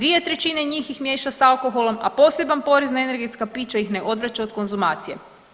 2/3 njih ih miješa s alkoholom, a poseban porez na energetska pića ih ne odvraća od konzumacije.